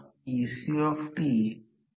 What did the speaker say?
आणि ही rotor winding S